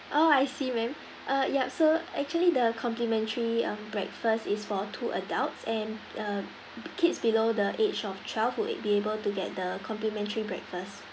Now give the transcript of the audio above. oh I see ma'am uh yup so actually the complimentary um breakfast is for two adults and uh kids below the age of twelve would be able to get the complimentary breakfast